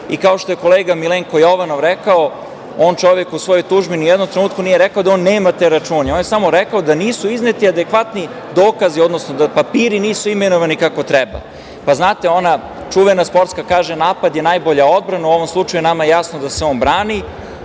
Kao što je kolega Milenko Jovanov rekao, on čovek u svojoj tužbi ni jednog trenutka nije rekao da on nema te račune. On je samo rekao da nisu izneti adekvatni dokazi, odnosno da papiri nisu imenovani kako treba. Znate, ona čuvena sportska kaže – napad je najbolja odbrana, u ovom slučaju nama je jasno da se on brani,